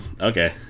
okay